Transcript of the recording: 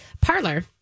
Parlor